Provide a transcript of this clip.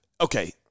okay